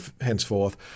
henceforth